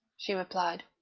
she replied.